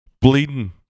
bleeding